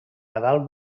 nadal